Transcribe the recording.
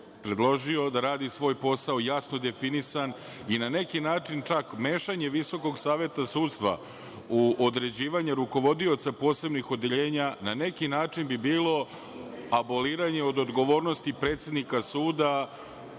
predložio da radi svoj posao jasno definisan i na neki način čak mešanje VSS u određivanje rukovodioca posebnih odeljenja na neki način bih bilo aboliranje od odgovornosti predsednika suda